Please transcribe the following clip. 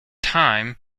time